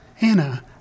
Anna